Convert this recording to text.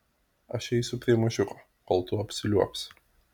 aš eisiu prie mažiuko kol tu apsiliuobsi